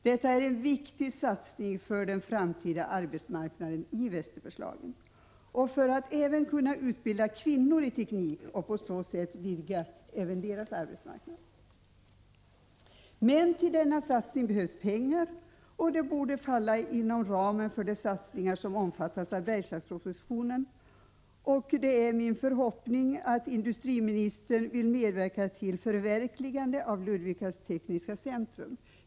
Detta är en 181 viktig satsning för den framtida arbetsmarknaden i Västerbergslagen och för utbildningen av kvinnor i teknik för att på så sätt vidga kvinnornas arbetsmarknad. Till denna satsning behövs pengar. Detta borde falla inom ramen för de satsningar som omfattas av Bergslagspropositionen. Det är min förhoppning att industriministern vill medverka till förverkligande av Ludvikas tekniska centrum.